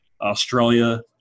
Australia